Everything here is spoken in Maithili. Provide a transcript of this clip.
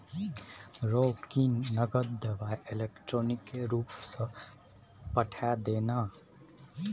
रौ की नगद देबेय इलेक्ट्रॉनिके रूपसँ पठा दे ने